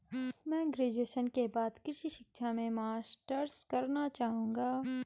मैं ग्रेजुएशन के बाद कृषि शिक्षा में मास्टर्स करना चाहूंगा